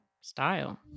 style